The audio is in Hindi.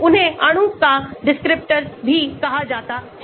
उन्हें अणु का descriptors भी कहा जाता है